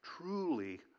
truly